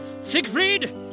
Siegfried